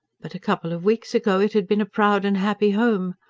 but a couple of weeks ago it had been a proud and happy home.